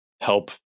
help